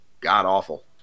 god-awful